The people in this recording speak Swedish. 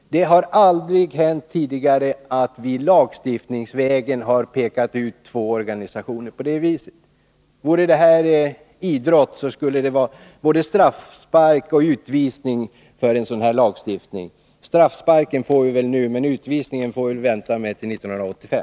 Det har aldrig hänt tidigare att vi lagstiftningsvägen har pekat ut två organisationer på det sättet. Vore det idrott, skulle det vara både straffspark och utvisning för en sådan här lagstiftning. Straffsparken får vi väl nu, men utvisningen får vi vänta med till 1985.